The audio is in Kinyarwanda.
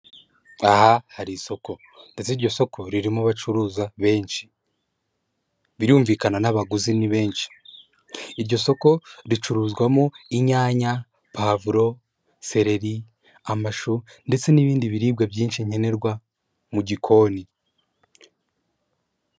Aha hari isoko. Ndetse iryo soko ririmo abacuruza benshi. Birumvikana n'abaguzi ni benshi. Iryo soko ricuruzwamo inyana, pavuro, sereri, amashu, ndetse n'ibindi biribwa byinshi, nkenerwa mu gikoni.